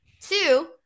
Two